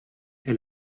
est